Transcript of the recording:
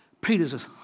Peter's